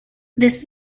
this